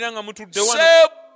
Say